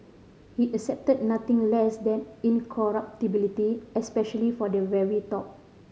he accepted nothing less than incorruptibility especially for the very top